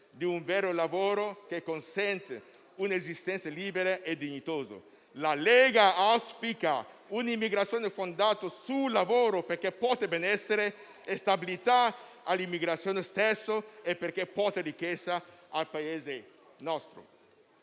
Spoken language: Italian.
di un vero lavoro, che consenta un'esistenza libera e dignitosa. La Lega auspica un'immigrazione fondata sul lavoro perché porta benessere e stabilità all'immigrato stesso e ricchezza al nostro